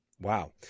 Wow